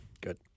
Good